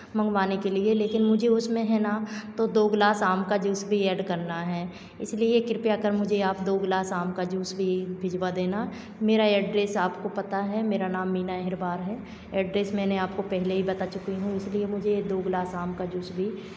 मंगवाने के लिए लेकिन मुझे उसमें है ना तो दो गिलास आम का जूस भी ऐड करना है इसलिए कृपया कर मुझे आप दो गिलास आम का जूस भी भिजवा देना मेरा एड्रैस आपको पता है मेरा नाम मीना हेरबार है एड्रैस मैंने आपको पहले ही बता चुकी हूँ इसलिए मुझे दो गिलास आम का जूस भी